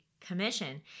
Commission